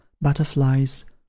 butterflies